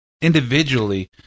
individually